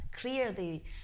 clearly